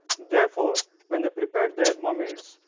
therefore, when they prepared their mummies,